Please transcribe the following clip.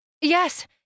Yes